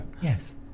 Yes